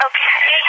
Okay